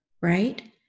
right